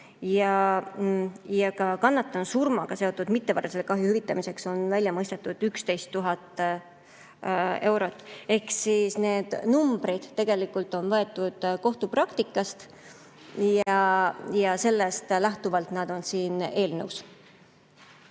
Ka kannatanu surmaga seotud mittevaralise kahju hüvitamiseks on välja mõistetud 11 000 eurot. Ehk siis need numbrid on võetud kohtupraktikast ja sellest lähtuvalt on nad siin eelnõus.